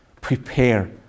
Prepare